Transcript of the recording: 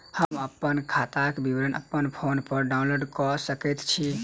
हम अप्पन खाताक विवरण अप्पन फोन पर डाउनलोड कऽ सकैत छी?